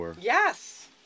Yes